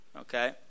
okay